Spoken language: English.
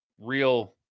real